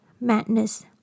madness